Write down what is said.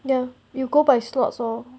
ya you go by slots oh